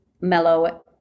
mellow